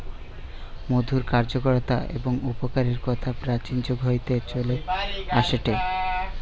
মধুর কার্যকতা এবং উপকারের কথা প্রাচীন যুগ হইতে চলে আসেটে